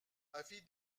avis